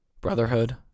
brotherhood